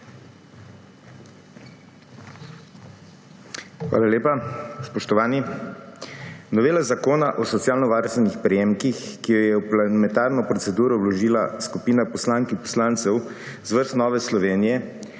Hvala lepa. Spoštovani! Novela Zakona o socialno varstvenih prejemkih, ki jo je v parlamentarno proceduro vložila skupina poslank in poslancev iz vrst Nove Slovenije,